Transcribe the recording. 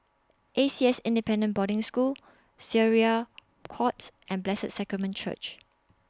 A C S Independent Boarding School Syariah Court and Blessed Sacrament Church